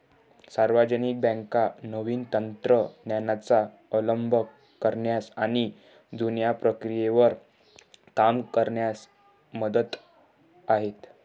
सार्वजनिक बँका नवीन तंत्र ज्ञानाचा अवलंब करण्यास आणि जुन्या प्रक्रियेवर काम करण्यास मंद आहेत